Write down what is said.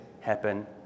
happen